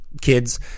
Kids